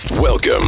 Welcome